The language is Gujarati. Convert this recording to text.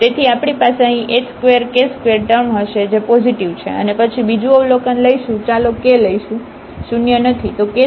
તેથી આપણી પાસે અહીં h2k2 ટર્મ હશે જે પોઝિટિવ છે અને પછી બીજું અવલોકન લઈશું ચાલો k લઈશું શૂન્ય નથી